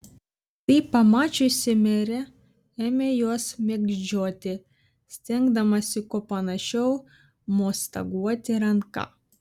tai pamačiusi merė ėmė juos mėgdžioti stengdamasi kuo panašiau mostaguoti ranka